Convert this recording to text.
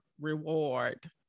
reward